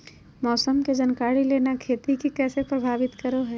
मौसम के जानकारी लेना खेती के कैसे प्रभावित करो है?